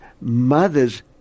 mothers